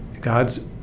god's